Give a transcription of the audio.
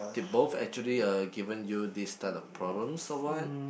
did both actually uh given you these type of problems or what